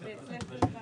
למשל בקורונה,